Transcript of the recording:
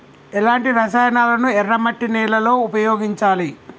ఎలాంటి రసాయనాలను ఎర్ర మట్టి నేల లో ఉపయోగించాలి?